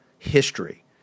History